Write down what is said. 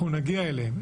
אנחנו נגיע אליהם.